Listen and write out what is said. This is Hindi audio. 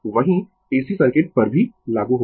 वही AC सर्किट पर भी लागू होगा